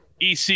EC